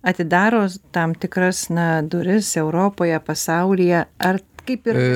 atidaro tam tikras na duris europoje pasaulyje ar kaip ir